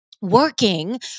working